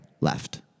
left